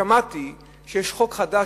שמעתי שיש בארצות-הברית חוק חדש,